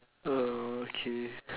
uh okay